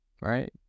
Right